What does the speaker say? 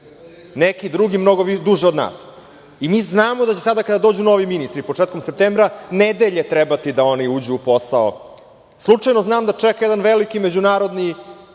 Neki drugi mnogo duže od nas i mi znamo da će sada, kada dođu novi ministri početkom septembra, nedelje trebati da oni uđu u posao. Slučajno znam da čeka jedan veliki međunarodni